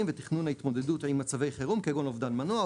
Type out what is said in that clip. ותכנון התמודדות עם מצבי חירום כגון אובדן מנוע,